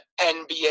NBA